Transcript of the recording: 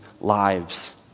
lives